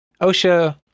OSHA